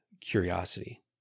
curiosity